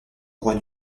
roi